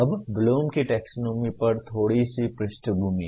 अब ब्लूम की टैक्सोनॉमी पर थोड़ी सी पृष्ठभूमि